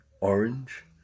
orange